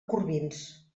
corbins